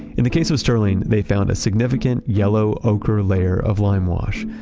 in the case of stirling, they found a significant yellow-ochre layer of lime wash.